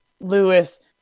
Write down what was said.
Lewis